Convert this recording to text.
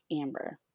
amber